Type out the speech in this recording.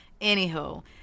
Anywho